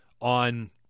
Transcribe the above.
on